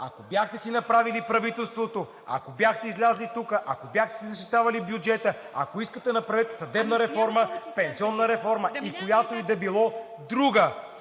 Ако си бяхте направили правителството, ако бяхте излезли тука, ако си бяхте защитавали бюджета, ако искате направете съдебна реформа, пенсионна реформа, и която и да било друга,